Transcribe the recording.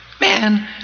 Man